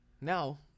now